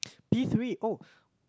P-three oh